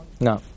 No